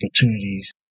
opportunities